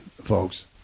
Folks